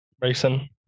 racing